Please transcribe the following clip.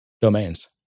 domains